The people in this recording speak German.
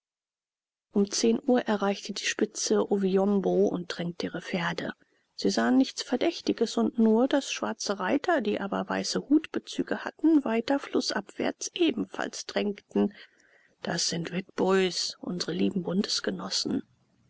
um zehn uhr erreichte die spitze oviumbo und tränkte ihre pferde sie sah nichts verdächtiges und nur daß schwarze reiter die aber weiße hutbezüge hatten weiter flußabwärts ebenfalls tränkten das sind witbois unsre lieben